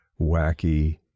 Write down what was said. wacky